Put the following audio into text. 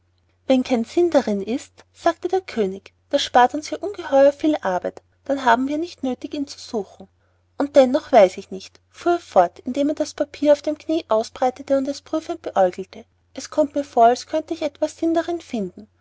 wenn kein sinn darin ist sagte der könig das spart uns ja ungeheuer viel arbeit dann haben wir nicht nöthig ihn zu suchen und dennoch weiß ich nicht fuhr er fort indem er das papier auf dem knie ausbreitete und es prüfend beäugelte es kommt mir vor als könnte ich etwas sinn darin finden